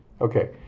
Okay